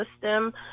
system